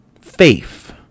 faith